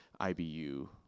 IBU